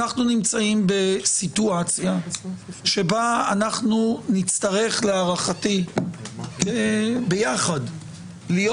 אנחנו נמצאים בסיטואציה שבה אנחנו נצטרך להערכתי ביחד להיות